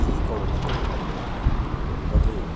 କେହି କଳନା କରିପାରିବେ ନାହିଁ ବୋଧହୁଏ